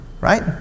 Right